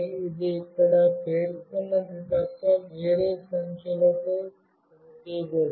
కానీ ఇది ఇక్కడ పేర్కొన్నది తప్ప వేరే సంఖ్యలతో పనిచేయకూడదు